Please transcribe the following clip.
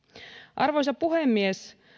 arvoisa puhemies